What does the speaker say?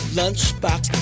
lunchbox